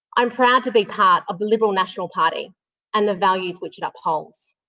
um proud to be part of the liberal national party and the values which it upholds.